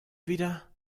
wieder